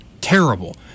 terrible